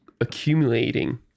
accumulating